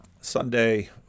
Sunday